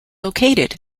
located